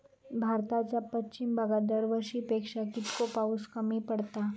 भारताच्या पश्चिम भागात दरवर्षी पेक्षा कीतको पाऊस कमी पडता?